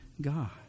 God